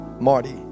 Marty